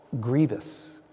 grievous